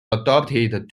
adopted